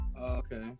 okay